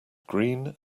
green